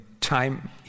time